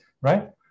right